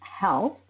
health